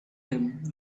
him